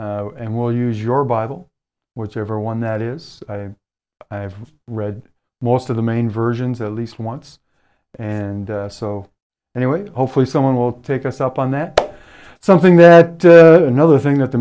that and we'll use your bible whichever one that is i've read most of the main versions at least once and so anyway hopefully someone will take us up on that something that another thing that the